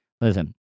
listen